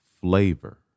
flavor